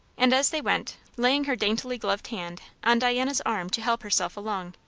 and as they went, laying her daintily gloved hand on diana's arm to help herself along.